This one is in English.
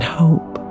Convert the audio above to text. hope